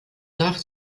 nach